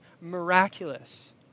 miraculous